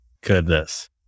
Goodness